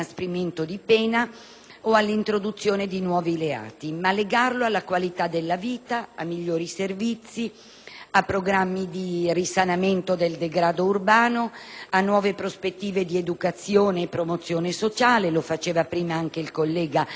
o all'introduzione di nuovi reati, ma come questione alla qualità della vita, a migliori servizi, a programmi di risanamento del degrado urbano, a nuove prospettive di educazione e promozione sociale (lo faceva prima anche il collega Procacci),